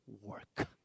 work